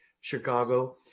Chicago